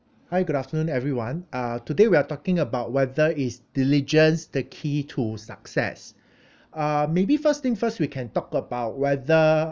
hi good afternoon everyone uh today we are talking about whether is diligence the key to success uh maybe first thing first we can talk about whether